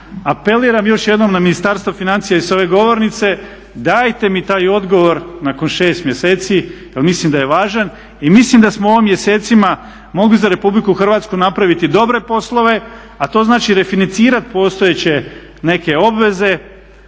Apeliram još jednom na Ministarstvo financija i sa ove govornice, dajte mi taj odgovor nakon 6 mjeseci jer mislim da je važan i mislim da smo u ovim mjesecima mogli za Republiku Hrvatsku napraviti dobre poslove a to znači refinancirati postojeće neke obveze